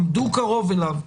עמדו קרוב אליו,